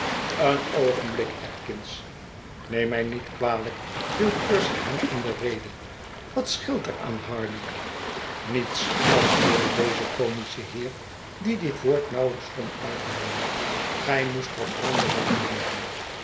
een oogenblikje edkins neem mij niet kwalijk viel percy hem in de rede wat scheelt er aan hardy niets antwoordde deze comische heer die dit woord nauwelijks kon uitbrengen gij moest wat brandewijn drinken